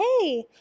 hey